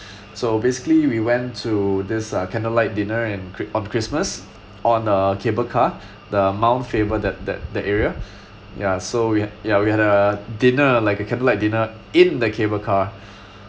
so basically we went to this uh candlelight dinner in chri~ on christmas on a cable car the mount faber that that the area ya so we had ya we had a dinner like a candlelight dinner in the cable car